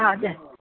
हजुर